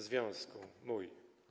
Związku Mój!